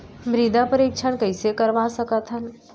मृदा परीक्षण कइसे करवा सकत हन?